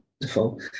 wonderful